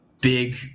big